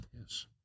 Yes